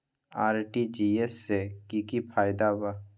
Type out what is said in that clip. RTGS से की की फायदा बा?